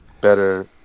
better